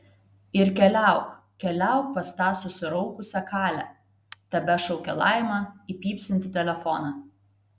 ir keliauk keliauk pas tą susiraukusią kalę tebešaukė laima į pypsintį telefoną